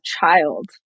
child